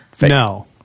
No